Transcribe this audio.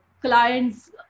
clients